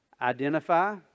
Identify